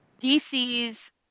DC's